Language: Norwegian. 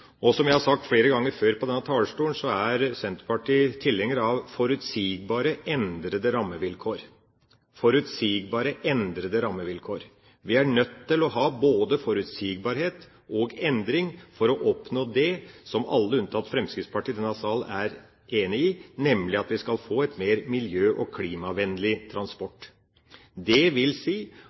Og som jeg har sagt flere ganger før fra denne talerstolen, er Senterpartiet tilhenger av forutsigbare og endrede rammevilkår. Vi er nødt til å ha både forutsigbarhet og endring for å oppnå det som alle, unntatt Fremskrittspartiet, i denne sal er enig i, nemlig at vi skal få en mer miljø- og klimavennlig transport. Det vil si